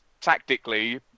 tactically